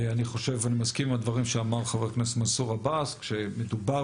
אני מסכים עם הדברים שאמר חבר הכנסת מנסור עבאס כשמדובר